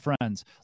friends